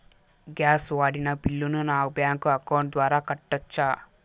Gas వాడిన బిల్లును నా బ్యాంకు అకౌంట్ ద్వారా కట్టొచ్చా?